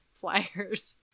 flyers